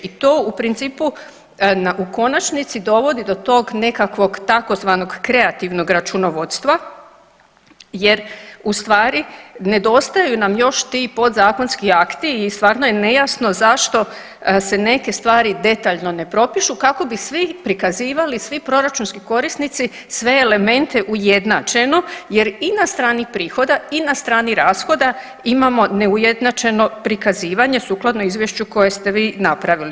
I to u principu u konačnici dovodi do tog nekakvog tzv. kreativnog računovodstva, jer u stvari nedostaju nam još ti podzakonski akti i stvarno je nejasno zašto se neke stvari detaljno ne propišu kako bi svi prikazivali, svi proračunski korisnici sve elemente ujednačeno jer i na strani prihoda i na strani rashoda imamo neujednačeno prikazivanje sukladno izvješću koje ste vi napravili.